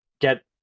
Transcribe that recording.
get